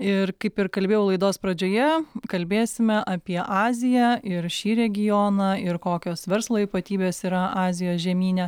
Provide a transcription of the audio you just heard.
ir kaip ir kalbėjau laidos pradžioje kalbėsime apie aziją ir šį regioną ir kokios verslo ypatybės yra azijos žemyne